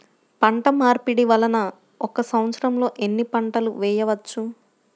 పంటమార్పిడి వలన ఒక్క సంవత్సరంలో ఎన్ని పంటలు వేయవచ్చు?